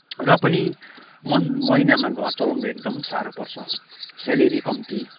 र पनि म महिनामा घर चलाउन एकदमै साह्रो पर्छ स्यालरी कम्ती